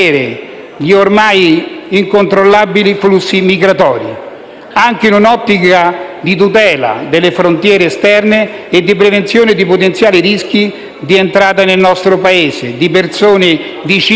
gli ormai incontrollabili flussi migratori, anche in un'ottica di tutela delle frontiere esterne e di prevenzione di potenziali rischi di entrata nel nostro Paese di persone vicine